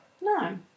No